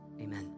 Amen